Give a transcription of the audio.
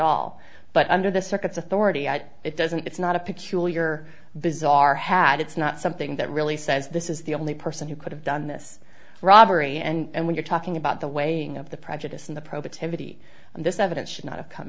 all but under the circuit's authority it doesn't it's not a peculiar bizarre had it's not something that really says this is the only person who could have done this robbery and when you're talking about the way of the prejudice in the productivity of this evidence should not have come